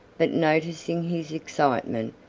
but noticing his excitement,